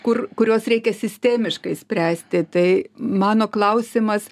kur kuriuos reikia sistemiškai spręsti tai mano klausimas